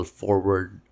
forward